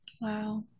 Wow